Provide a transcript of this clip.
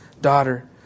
daughter